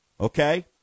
Okay